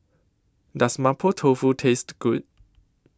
Does Mapo Tofu Taste Good